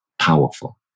powerful